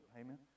Amen